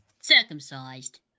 circumcised